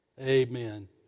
Amen